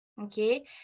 okay